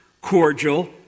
cordial